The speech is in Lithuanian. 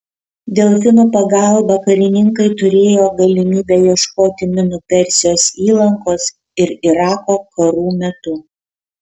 delfinų pagalba karininkai turėjo galimybę ieškoti minų persijos įlankos ir irako karų metu